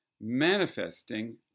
manifesting